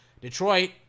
Detroit